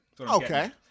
Okay